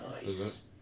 nice